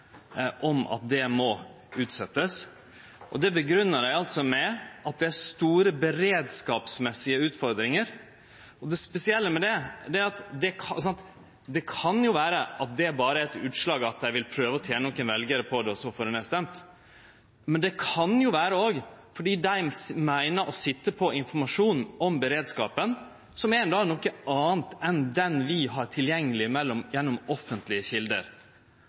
om at det må utsetjast. Det grunngjev dei med at det er store beredskapsmessige utfordringar. Det kan jo vere at dei berre vil prøve å tene nokre veljarar på det, og så få det nedstemt, men det kan òg vere at dei meiner å sitje på annan informasjon om beredskapen enn den vi har tilgjengeleg gjennom